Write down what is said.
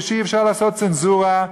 ושאי-אפשר לעשות צנזורה,